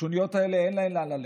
לשוניות האלה אין לאן ללכת,